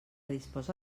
disposa